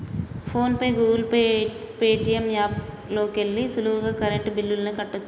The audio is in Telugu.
phone pay, Google Pay, Paytm app లోకెల్లి సులువుగా కరెంటు బిల్లుల్ని కట్టచ్చు